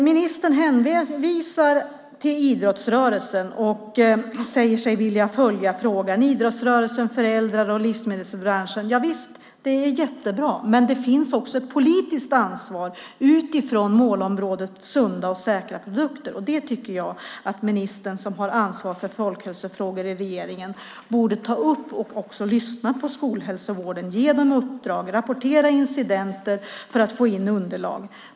Ministern hänvisar till idrottsrörelsen och säger sig vilja följa fråga. Idrottsrörelsen, föräldrar och livsmedelsbranschen ska hantera det. Javisst, det är jättebra. Men det finns också ett politiskt ansvar för målområdet om sunda och säkra produkter. Det borde ministern som har ansvar för folkhälsofrågor inom regeringen ta. Hon borde också lyssna på skolhälsovården och ge den uppdrag att rapportera incidenter för att få in underlag.